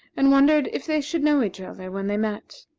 and wondered if they should know each other when they met.